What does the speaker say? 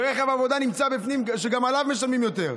שרכב עבודה נמצא בפנים, שגם עליו משלמים יותר.